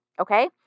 Okay